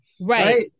Right